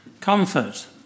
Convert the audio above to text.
comfort